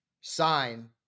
sign